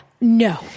No